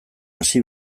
hasi